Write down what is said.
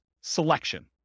selection